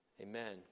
Amen